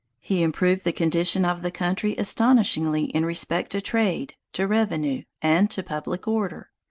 he improved the condition of the country astonishingly in respect to trade, to revenue, and to public order.